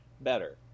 better